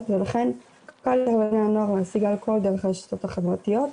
ולכן קל לבני הנוער להשיג אלכוהול דרך הרשתות החברתיות.